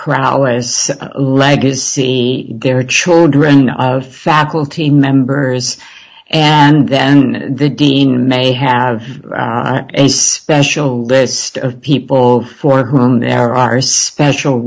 prowess legacy their children faculty members and then the dean may have a special list of people for whom there are special